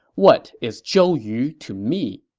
what is zhou yu to me?